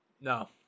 No